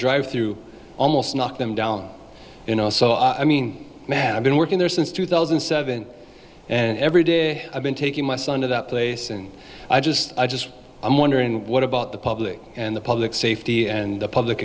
drive through almost knocked them down you know so i mean imagine working there since two thousand and seven and every day i've been taking my son to that place and i just i just i'm wondering what about the public and the public safety and the public